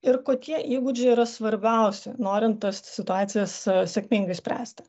ir kokie įgūdžiai yra svarbiausi norint tas situacijas sėkmingai spręsti